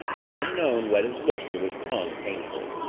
the unknown wet his lips with his tongue, painfully.